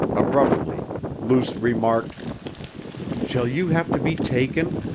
abruptly luce remarked shall you have to be taken?